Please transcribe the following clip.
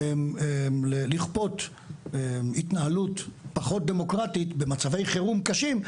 לכפות התנהלות פחות דמוקרטית במצבי חירום קשים,